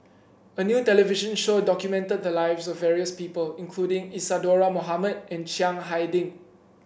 a new television show documented the lives of various people including Isadhora Mohamed and Chiang Hai Ding